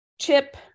chip